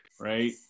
Right